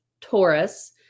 Taurus